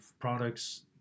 products